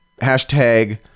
hashtag